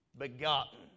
begotten